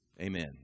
Amen